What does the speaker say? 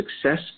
success